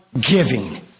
giving